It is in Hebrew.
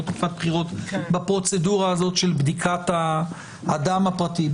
תקופת בחירות בפרוצדורה הזאת של בדיקת האדם הפרטי.